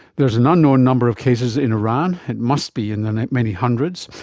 there's an unknown number of cases in iran, it must be in the many hundreds,